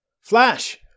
Flash